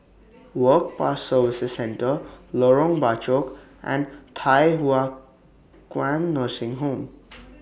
Work Pass Services Centre Lorong Bachok and Thye Hua Kwan Nursing Home